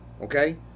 okay